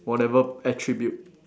whatever attribute